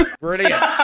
Brilliant